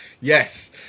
Yes